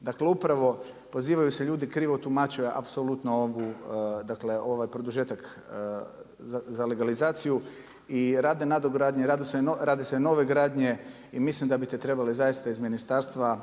Dakle, upravo pozivaju se ljudi krivo tumače apsolutno ovu, dakle ovaj produžetak za legalizaciju. I rade nadogradnje, rade se nove gradnje i mislim da biste trebali zaista iz ministarstva